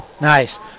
Nice